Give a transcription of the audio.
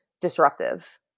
disruptive